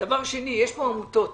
יש פה עמותות